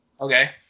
Okay